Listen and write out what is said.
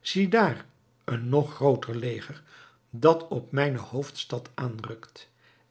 ziedaar een nog grooter leger dat op mijne hoofdstad aanrukt